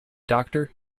doctor